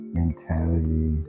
mentality